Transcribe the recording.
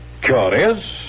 Curious